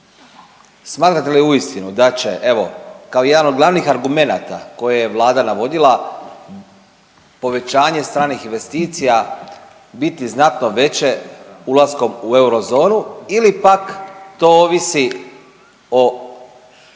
smatrate li uistinu da će evo kao jedan od glavnih argumenata koje je vlada navodila povećanje stranih investicija biti znatno veće ulaskom u eurozonu ili pak to ovisi o